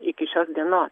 iki šios dienos